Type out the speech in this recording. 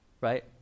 right